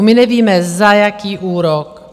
My nevíme, za jaký úrok.